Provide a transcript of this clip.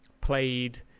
played